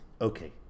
Okay